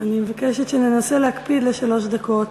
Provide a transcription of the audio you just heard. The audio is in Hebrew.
אני מבקשת שננסה להקפיד על שלוש דקות